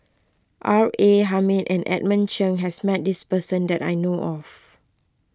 R A Hamid and Edmund Cheng has met this person that I know of